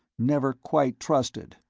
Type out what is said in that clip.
never quite trusted,